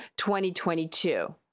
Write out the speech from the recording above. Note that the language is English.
2022